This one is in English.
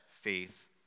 faith